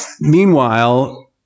Meanwhile